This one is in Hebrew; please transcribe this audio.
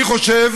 אני חושב